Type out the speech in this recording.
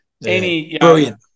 Brilliant